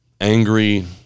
angry